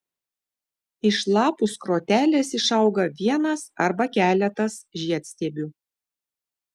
iš lapų skrotelės išauga vienas arba keletas žiedstiebių